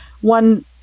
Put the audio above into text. One